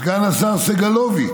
סגן השר סגלוביץ':